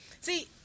See